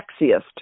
sexiest